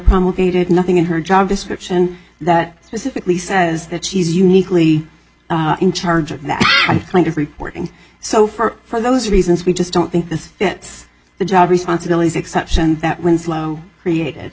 promulgated nothing in her job description that specifically says that she's uniquely in charge of that kind of reporting so far for those reasons we just don't think this gets the job responsibilities exception that winslow created